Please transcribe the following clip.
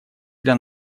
для